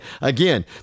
Again